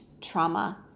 trauma